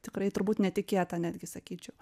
tikrai turbūt netikėta netgi sakyčiau